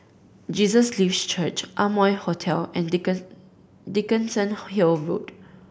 Jesus Lives Church Amoy Hotel and Dickenson Hill Road